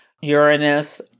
Uranus